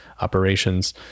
operations